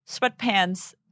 sweatpants